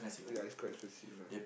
ya is quite expensive lah